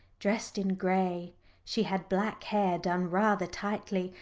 dressed in gray she had black hair done rather tightly,